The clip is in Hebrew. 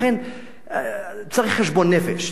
לכן צריך חשבון נפש.